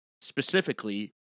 specifically –